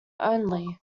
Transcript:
only